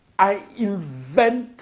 i invented